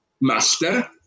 master